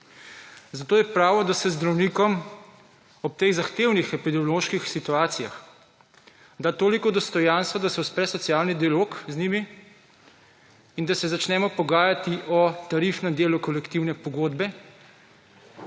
Zato je prav, da se zdravnikom ob teh zahtevnih epidemioloških epidemioloških situacijah, da toliko dostojanstva, da se uspe socialni dialog z njimi, in da se začnemo pogajati o tarifnem delu kolektivne pogodbe.